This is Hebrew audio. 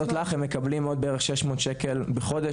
אודות לך הם מקבלים עוד בערך 600 שקל בחודש,